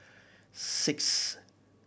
six